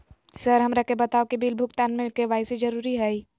Sir हमरा के बताओ कि बिल भुगतान में के.वाई.सी जरूरी हाई?